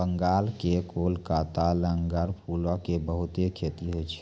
बंगाल के कोलकाता लगां फूलो के बहुते खेती होय छै